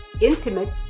intimate